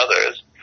others